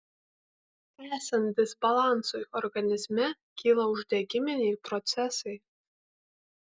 esant disbalansui organizme kyla uždegiminiai procesai